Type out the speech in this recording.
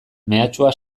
mehatxua